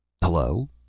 Hello